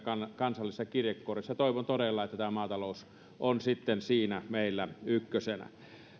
kansallisessa kirjekuoressa ja toivon todella että maatalous on sitten siinä meillä ykkösenä